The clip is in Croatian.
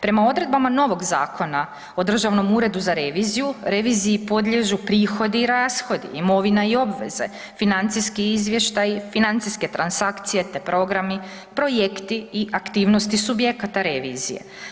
Prema odredbama novog zakona o Državnom uredu za reviziju, reviziji podliježu prihodi i rashodi, imovina i obveza, financijski izvještaji, financijske transakcije, te programi, projekti i aktivnosti subjekata revizije.